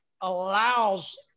allows